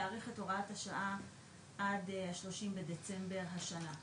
להאריך את הוראת השעה עד ה-30 בדצמבר השנה.